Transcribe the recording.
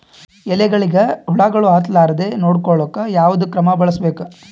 ಎಲೆಗಳಿಗ ಹುಳಾಗಳು ಹತಲಾರದೆ ನೊಡಕೊಳುಕ ಯಾವದ ಕ್ರಮ ಬಳಸಬೇಕು?